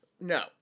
No